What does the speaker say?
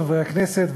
חברי הכנסת,